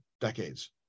decades